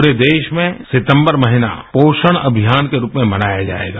पूरे देश में सितंबर महीना पोषण अभियान के रूप में मनाया जायेगा